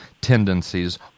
tendencies